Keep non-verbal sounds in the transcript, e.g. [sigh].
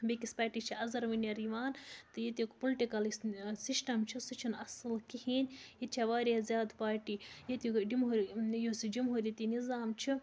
بیٚکِس پارٹی چھِ اَزَرؤنٮ۪ر یِوان تہٕ ییٚتیُک پُلٹِکَل یُس سِسٹَم چھِ سُہ چھِنہٕ اَصٕل کِہیٖنۍ ییٚتہِ چھےٚ واریاہ زیادٕ پارٹی ییٚتیُک [unintelligible] یُس یہِ جمہوٗرِیَتی نِظام چھُ